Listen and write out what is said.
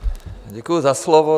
Děkuji za slovo.